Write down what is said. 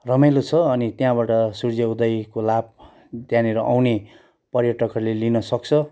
रमाइलो छ अनि त्यहाँबाट सूर्य उदयको लाभ त्यहाँनिर आउने पर्यटकहरूले लिनसक्छ